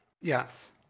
Yes